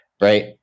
right